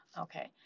Okay